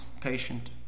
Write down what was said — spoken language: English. patient